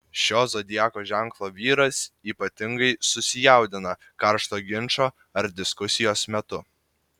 šio zodiako ženklo vyras ypatingai susijaudina karšto ginčo ar diskusijos metu